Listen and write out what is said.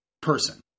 person